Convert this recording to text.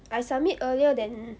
I submit earlier than